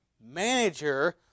manager